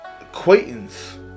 acquaintance